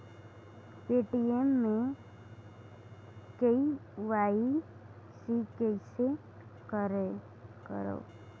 Paytm मे KYC कइसे करव?